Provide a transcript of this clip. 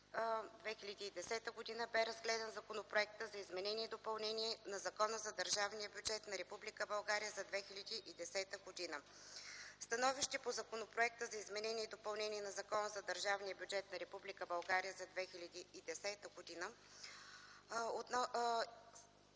2010 г., бе разгледан Законопроект за изменение и допълнение на Закона за държавния бюджет на Република България за 2010 г. Становище по Законопроекта за изменение и допълнение на Закона за държавния бюджет на Република